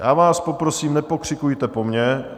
Já vás poprosím, nepokřikujte po mně.